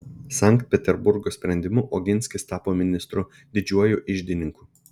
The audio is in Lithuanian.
sankt peterburgo sprendimu oginskis tapo ministru didžiuoju iždininku